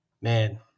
man